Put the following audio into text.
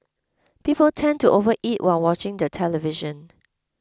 people tend to overeat while watching the television